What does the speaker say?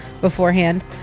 beforehand